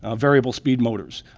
ah variable speed motors,